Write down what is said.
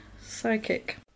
psychic